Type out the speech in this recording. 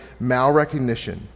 malrecognition